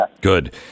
Good